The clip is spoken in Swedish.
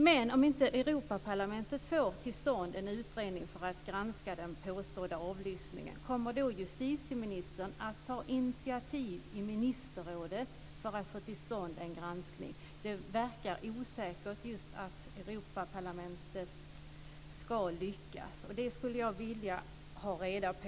Men om inte Europaparlamentet får till stånd en utredning för att granska den påstådda avlyssningen, kommer justitieministern då att ta initiativ i ministerrådet för att få till stånd en granskning? Det verkar osäkert just att Europaparlamentet ska lyckas. Det skulle jag vilja ha reda på.